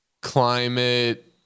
climate